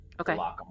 Okay